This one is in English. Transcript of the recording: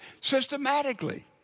systematically